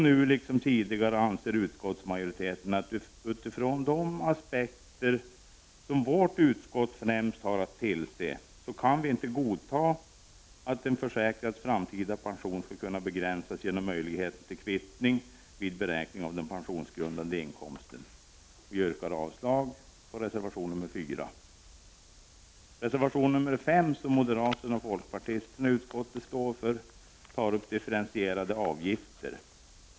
Nu, liksom tidigare, anser utskottsmajoriteten att utifrån de aspekter som vårt utskott främst har att tillgodose kan vi inte godta att en försäkrads framtida pension skall kunna begränsas genom möjlighet till kvittning vid beräkning av den pensionsgrundande inkomsten. Jag yrkar avslag på reservation nr 4. Moderaterna och folkpartisterna i utskottet står bakom reservation nr 5, som tar upp frågan om differentierade avgifter.